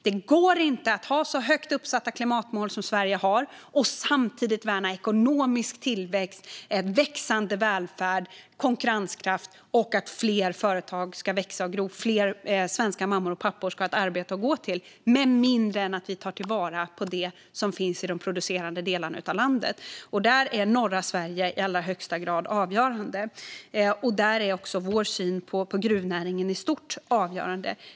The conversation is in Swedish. Det går inte att ha så högt uppsatta klimatmål som Sverige har och samtidigt värna ekonomisk tillväxt, växande välfärd, konkurrenskraft, att fler företag ska växa och gro och att fler svenska mammor och pappor ska ha ett arbete att gå till med mindre än att vi tar vara på det som finns i de producerande delarna av landet. Där är norra Sverige i allra högsta grad avgörande, och där är också vår syn på gruvnäringen i stort avgörande.